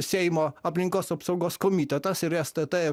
seimo aplinkos apsaugos komitetas ir stt